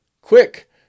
Quick